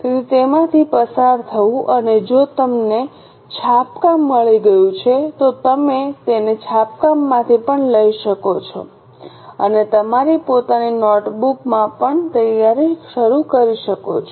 તેથી તેમાંથી પસાર થવું અને જો તમને છાપકામ મળી ગયું છે તો તમે તેને છાપકામમાંથી પણ લઈ શકો છો અને તમારી પોતાની નોટબુકમાં પણ તૈયારી શરૂ કરી શકો છો